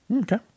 okay